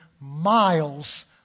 miles